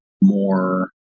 more